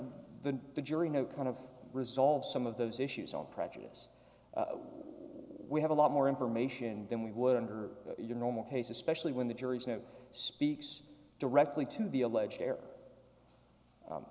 pressure the jury know kind of resolve some of those issues on prejudice we have a lot more information than we would under your normal case especially when the jury is now speaks directly to the alleged